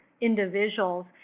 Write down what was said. individuals